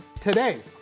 today